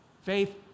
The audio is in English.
Faith